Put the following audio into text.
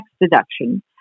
deduction